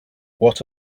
what